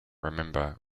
remember